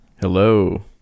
Hello